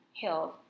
health